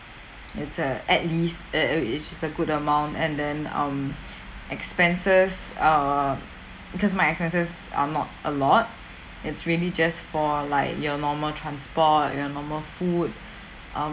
it'a a at least e~ it's just a good amount and then um expenses err because my expenses are not a lot it's really just for like your normal transport your normal food um